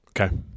Okay